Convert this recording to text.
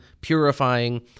purifying